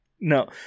No